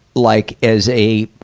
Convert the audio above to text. like as a,